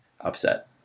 upset